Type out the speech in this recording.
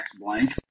blank